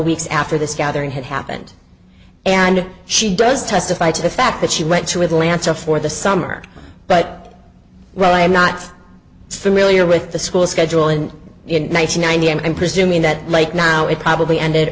weeks after this gathering had happened and she does testify to the fact that she went to atlanta for the summer but well i'm not familiar with the school schedule in the nation ninety and i'm presuming that like now it probably ended